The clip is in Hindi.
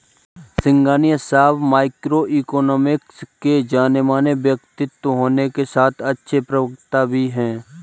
सिंघानिया साहब माइक्रो इकोनॉमिक्स के जानेमाने व्यक्तित्व होने के साथ अच्छे प्रवक्ता भी है